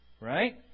right